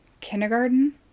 kindergarten